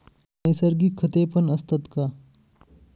नैसर्गिक खतेपण असतात का?